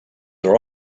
are